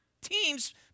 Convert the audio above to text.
team's